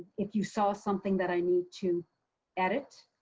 if you saw something that i need to edit.